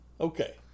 Okay